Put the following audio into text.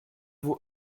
vaut